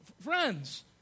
Friends